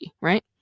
right